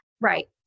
Right